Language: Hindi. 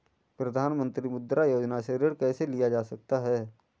प्रधानमंत्री मुद्रा योजना से ऋण कैसे लिया जा सकता है?